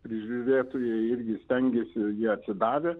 prižiūrėtojai irgi stengiasi jie atidavę